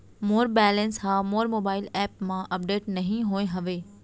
मोर balance हा मोर mobile app मा अपडेट नहीं होय हवे